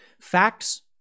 Facts